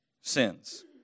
sins